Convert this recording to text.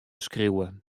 skriuwen